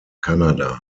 kanada